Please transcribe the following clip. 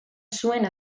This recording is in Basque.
zuen